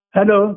Hello